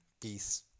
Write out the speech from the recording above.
peace